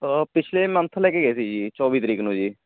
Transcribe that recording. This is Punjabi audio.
ਪਿਛਲੇ ਮੰਥ ਲੈ ਕੇ ਗਏ ਸੀ ਜੀ ਚੌਵੀ ਤਰੀਕ ਨੂੰ ਜੀ